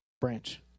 Branch